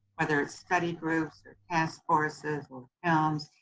whether it's study groups or task forces, or films,